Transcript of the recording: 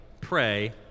pray